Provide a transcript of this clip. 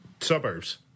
suburbs